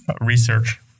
research